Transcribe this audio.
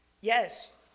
yes